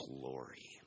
glory